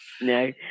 No